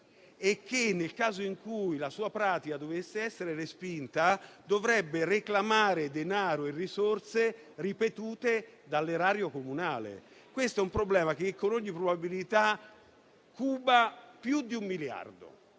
ha già pagato e, ove la sua pratica fosse respinta, dovrebbe reclamare denaro e risorse ripetute dall'erario comunale. Questo è un problema che, con ogni probabilità, cuba più di un miliardo,